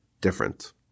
different